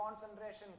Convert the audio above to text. concentration